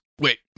Wait